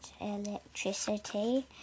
electricity